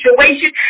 situation